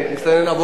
מסתנן עבודה,